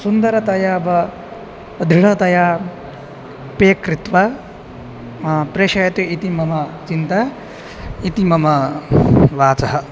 सुन्दरतया वा दृढतया पे कृत्वा प्रेषयतु इति मम चिन्ता इति मम वाचः